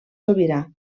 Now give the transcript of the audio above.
sobirà